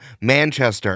Manchester